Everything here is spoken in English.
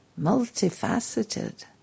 Multifaceted